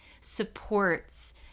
supports